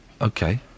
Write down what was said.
Okay